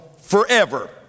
forever